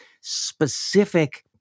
specific